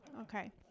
okay